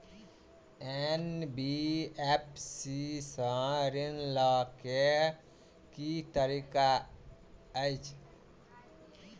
NBFC सँ ऋण लय केँ की तरीका अछि?